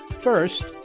first